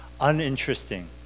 uninteresting